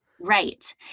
Right